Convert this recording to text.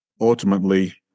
ultimately